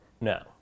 No